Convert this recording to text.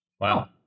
Wow